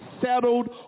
settled